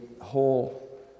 whole